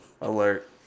alert